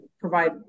provide